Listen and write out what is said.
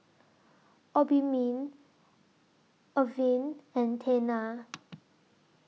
Obimin Avene and Tena